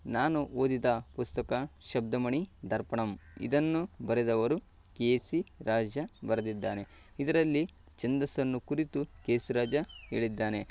ನಾನು ಓದಿದ ಪುಸ್ತಕ ಶಬ್ದಮಣಿ ದರ್ಪಣಮ್ ಇದನ್ನು ಬರೆದವರು ಕೆ ಸಿ ರಾಜ ಬರೆದಿದ್ದಾನೆ ಇದರಲ್ಲಿ ಛಂದಸ್ಸನ್ನು ಕುರಿತು ಕೆ ಸಿ ರಾಜ ಹೇಳಿದ್ದಾನೆ